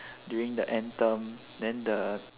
during the end term then the